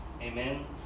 Amen